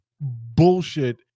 bullshit